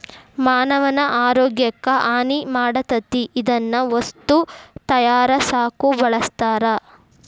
ಮಾನವನ ಆರೋಗ್ಯಕ್ಕ ಹಾನಿ ಮಾಡತತಿ ಇದನ್ನ ವಸ್ತು ತಯಾರಸಾಕು ಬಳಸ್ತಾರ